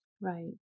Right